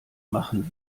machen